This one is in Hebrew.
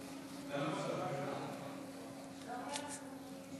מציעי ההצעות,